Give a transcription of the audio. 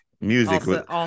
music